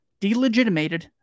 delegitimated